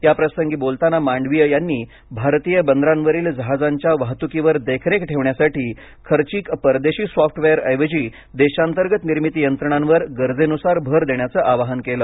याप्रसंगी बोलताना मांडवीय यांनी भारतीय बंदरांवरील जहाजांच्या वाहतुकीवर देखरेख ठेवण्यासाठी खर्चिक परदेशी सॉफ्टवेअरऐवजी देशांतर्गत निर्मिती यंत्रणांवर गरजेनुसार भर देण्याचं आवाहन केलं